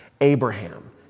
Abraham